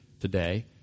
today